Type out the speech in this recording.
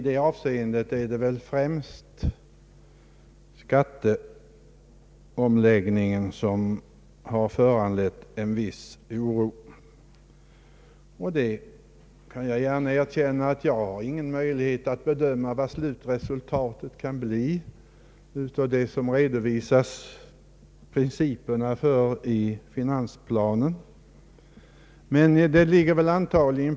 Det är väl främst skatteomläggningen som har föranlett en viss oro. Jag erkänner gärna att jag inte har möjlighet att bedöma vad slutresultatet kan bli av de principer som redovisas i finansplanen.